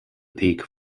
peak